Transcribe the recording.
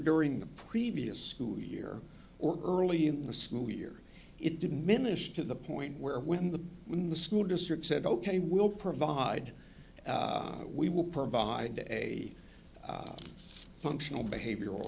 during the previous school year or early in the school year it didn't minish to the point where when the when the school district said ok we'll provide we will provide a functional behavioral